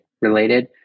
related